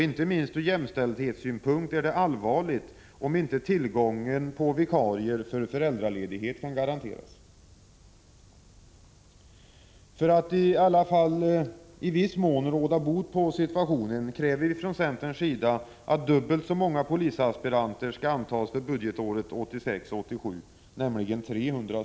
Inte minst ur jämställdhetssynpunkt är det allvarligt om inte tillgången på vikarier för föräldraledighet kan garanteras. För att åtminstone i viss mån råda bot på situationen kräver vi från centerns sida att dubbelt så många polisaspiranter skall antas för budgetåret 1986/87, nämligen 300.